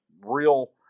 real